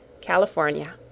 California